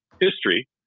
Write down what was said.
history